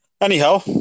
anyhow